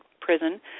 prison